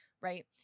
right